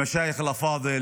(אומר בערבית:)